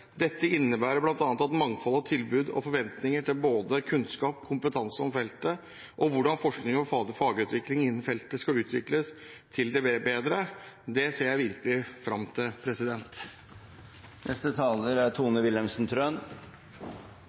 Dette innebærer bl.a. et større mangfold av tilbud og forventninger om at både kunnskap og kompetanse om feltet og forskning og fagutvikling innen feltet skal utvikles bedre. Det ser jeg virkelig fram til. Representanten Toppe kom inn på dette at mange eldre, syke pasienter dør på sykehjem. Det er